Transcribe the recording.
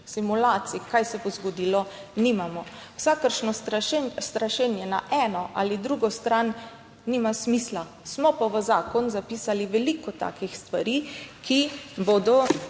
simulacij, kaj se bo zgodilo, nimamo. Vsakršno strašenje na eno ali drugo stran nima smisla. Smo pa v zakon zapisali veliko takih stvari, ki bodo